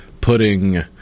putting